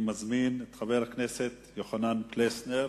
אני מזמין את חבר הכנסת יוחנן פלסנר,